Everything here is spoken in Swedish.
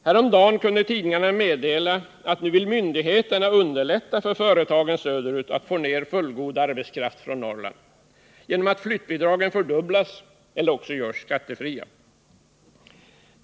Häromdagen kunde tidningarna meddela, att nu vill myndigheterna underlätta för företagen söderut att få ner fullgod arbetskraft från Norrland genom att flyttbidragen fördubblas eller också görs skattefria.